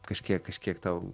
kažkiek kažkiek tau